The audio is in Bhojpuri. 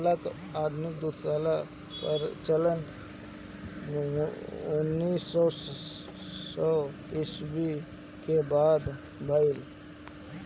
आधुनिक दुग्धशाला कअ प्रचलन उन्नीस सौ ईस्वी के बाद भइल